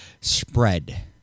spread